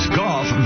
golf